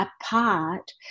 apart